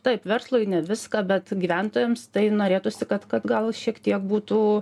taip verslui ne viską bet gyventojams tai norėtųsi kad kad gal šiek tiek būtų